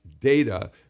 data